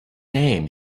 name